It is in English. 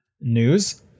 news